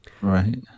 Right